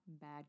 bad